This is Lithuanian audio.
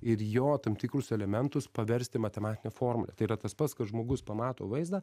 ir jo tam tikrus elementus paversti matematine formule tai yra tas pats kas žmogus pamato vaizdą